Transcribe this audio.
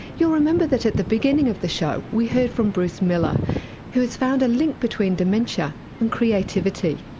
you'll remember that at the beginning of the show we heard from bruce miller who has found a link between dementia and creativity.